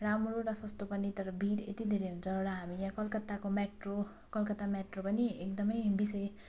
राम्रो र सस्तो पनि तर भिड यति धेरै हुन्छ एउटा हामी यहाँ कलकत्ताको मेट्रो कलकत्ता मेट्रो पनि एकदम विषय